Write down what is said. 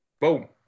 Boom